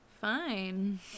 Fine